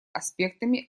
аспектами